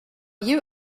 you